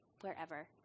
wherever